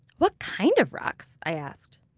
what kind of rocks? i asked.